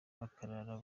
bakarara